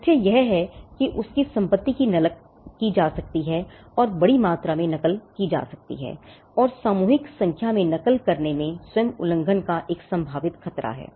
तथ्य यह है कि उसकी संपत्ति की नकल की जा सकती है और बड़ी मात्रा में नकल की जा सकती है और सामूहिक संख्या में नकल करने में स्वयं उल्लंघन का एक संभावित खतरा है